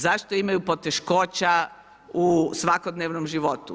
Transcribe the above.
Zašto imaju poteškoća u svakodnevnom životu?